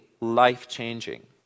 life-changing